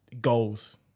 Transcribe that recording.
goals